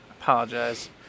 apologize